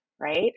right